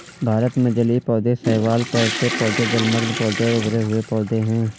भारत में जलीय पौधे शैवाल, तैरते पौधे, जलमग्न पौधे और उभरे हुए पौधे हैं